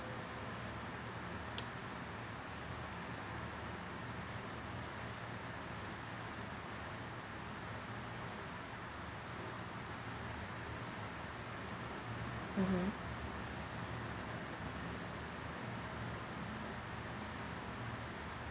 mmhmm